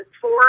four